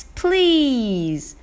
please